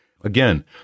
Again